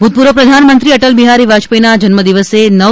ભૂતપૂર્વ પ્રધાનમંત્રી અટલ બિહારી વાજપેયીના જન્મ દિવસે નવ